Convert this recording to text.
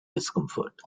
discomfort